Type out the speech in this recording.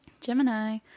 Gemini